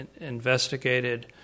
investigated